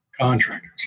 contractors